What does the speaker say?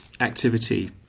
activity